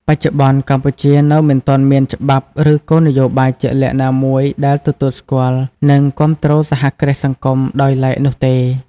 បច្ចុប្បន្ន កម្ពុជានៅមិនទាន់មានច្បាប់ ឬគោលនយោបាយជាក់លាក់ណាមួយដែលទទួលស្គាល់ និងគាំទ្រសហគ្រាសសង្គមដោយឡែកនោះទេ ។